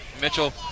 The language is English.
Mitchell